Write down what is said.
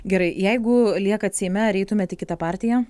gerai jeigu liekat seime eitumėt į kitą partiją